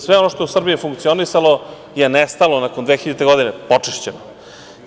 Sve ono što je u Srbiji funkcionisalo je nestalo nakon 2000. godine, počišćeno je.